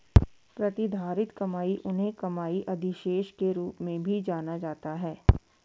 प्रतिधारित कमाई उन्हें कमाई अधिशेष के रूप में भी जाना जाता है